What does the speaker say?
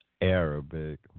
Arabic